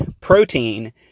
protein